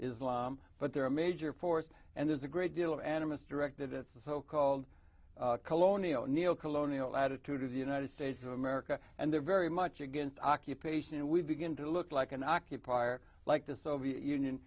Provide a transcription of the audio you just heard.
islam but they're a major force and there's a great deal of animist directed at the so called colonial neo colonial attitude of the united states of america and they're very much against occupation and we begin to look like an occupier like the soviet union